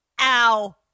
ow